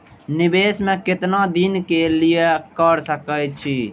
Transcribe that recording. निवेश में केतना दिन के लिए कर सके छीय?